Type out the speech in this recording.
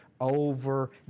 over